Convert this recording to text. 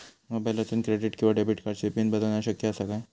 मोबाईलातसून क्रेडिट किवा डेबिट कार्डची पिन बदलना शक्य आसा काय?